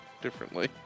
differently